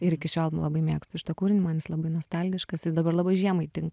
ir iki šiol labai mėgstu šitą kūrinį man jis labai nostalgiškas jis dabar labai žiemai tinka